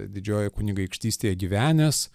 didžiojoje kunigaikštystėje gyvenęs